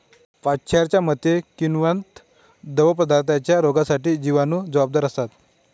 पाश्चरच्या मते, किण्वित द्रवपदार्थांच्या रोगांसाठी जिवाणू जबाबदार असतात